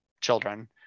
children